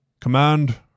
Command